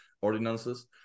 ordinances